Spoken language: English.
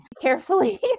carefully